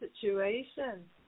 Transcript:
situation